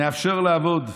נאפשר לעבוד.